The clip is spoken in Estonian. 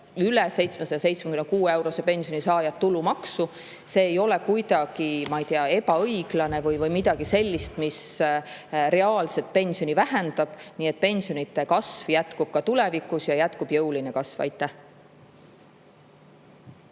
üle 776-eurose pensioni saajad tulumaksu. See ei ole kuidagi ebaõiglane või midagi sellist, mis reaalset pensioni vähendab. Nii et pensionide kasv jätkub ka tulevikus, jätkub jõuline kasv. Suur